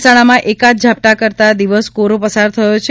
મહેસાણમાં એકાદ ઝાપટાં કરતા દિવસ કોરો પસાર થયો છે